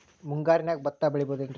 ಮುಂಗಾರಿನ್ಯಾಗ ಭತ್ತ ಬೆಳಿಬೊದೇನ್ರೇ?